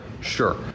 Sure